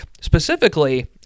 specifically